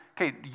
okay